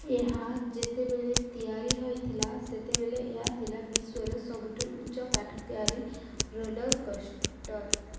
ଏହା ଯେତେବେଳେ ତିଆରି ହୋଇଥିଲା ସେତେବେଳେ ଏହା ଥିଲା ବିଶ୍ୱର ସବୁଠାରୁ ଉଚ୍ଚ କାଠ ତିଆରି ରୋଲର୍ କୋଷ୍ଟର୍